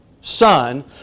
son